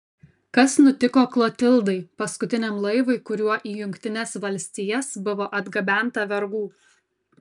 kas nutiko klotildai paskutiniam laivui kuriuo į jungtines valstijas buvo atgabenta vergų